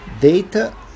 data